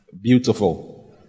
beautiful